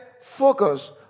focus